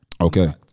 Okay